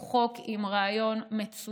הוא חוק עם רעיון מצוין,